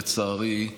לצערי,